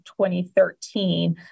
2013